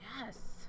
yes